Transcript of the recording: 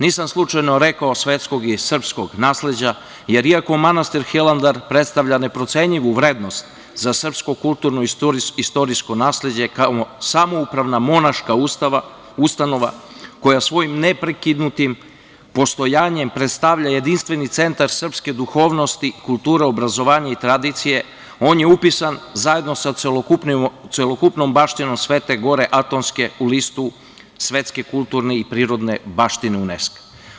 Nisam slučajno rekao svetskog i srpskog nasleđa, jer iako manastir Hilandar predstavlja neprocenjivu vrednost za srpsko kulturno i istorijsko nasleđe, samoupravna monaška ustanova koja svojim neprekinutim postojanjem predstavlja jedinstveni centar srpske duhovnosti, kulture, obrazovanja i tradicije, on je upisan zajedno sa celokupnom baštinom Svete gore Atonske u listu Svetske kulturne i prirodne baštine UNESKO.